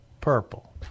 purple